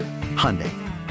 Hyundai